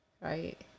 Right